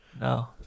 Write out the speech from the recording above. No